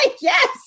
yes